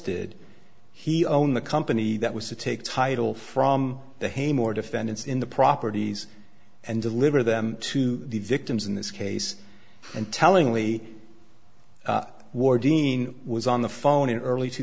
did he own the company that was to take title from the hay more defendants in the properties and deliver them to the victims in this case and tellingly war dean was on the phone in early two